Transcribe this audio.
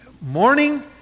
morning